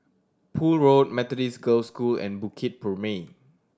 Poole Road Methodist Girls' School and Bukit Purmei